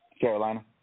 Carolina